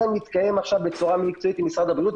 מתקיים בצורה מקצועית עם משרד הבריאות,